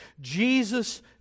Jesus